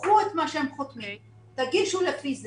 קחו את מה שהם חותמים, תגישו לפי זה,